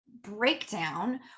breakdown